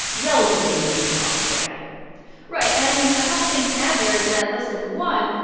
relatively newish college grad right. and, i mean, a couple of things to add there is that listen one,